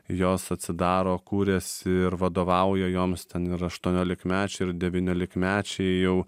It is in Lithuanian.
jos atsidaro kuriasi ir vadovauja joms ten ir aštuoniolikmečiai ir devyniolikmečiai jau